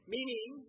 Meaning